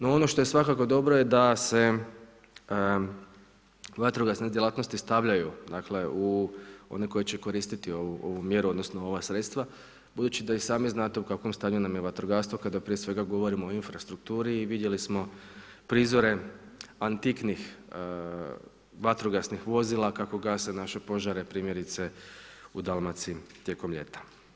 No ono što je svakako dobro je da se vatrogasne djelatnosti stavljaju, dakle one koje će koristiti ovu mjeru odnosno ova sredstva, budući da i sami znate u kakvom stanju vam je vatrogastvo kada prije svega govorimo o infrastrukturi i vidjeli smo prizore antiknih vatrogasnih vozila kako gase naše požare, primjerice u Dalmaciji tijekom ljeta.